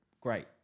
great